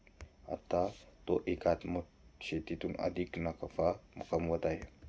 आता तो एकात्मिक शेतीतून अधिक नफा कमवत आहे